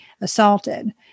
assaulted